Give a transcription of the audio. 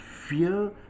fear